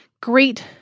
great